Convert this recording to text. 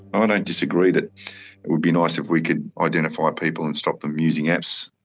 ah don't disagree that it would be nice if we could identify people and stop them using apps.